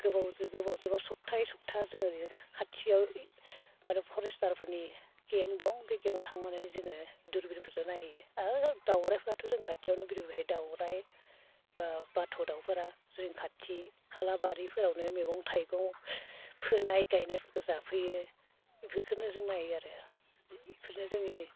गोबावजोे गोबावजोेबा सप्तायै सप्ता जोङो बे खाथियाव माने फरेस्टारफोरनि केम्प दं बे केम्पआव थांनानै जोङो दुर्बिनफोरजों नायो आरो दाउरायफोराथ' जोंनि खाथियावनो बिरबोयो दाउराय बा बाथ' दाउफोरा जोंनि खाथि खाला बारिफोरावनो मैगं थाइगं फोनाय गायनायफोरखौ जाफैयो बेफोरखौनो जों नायो आरो बेफोरनो जोंनि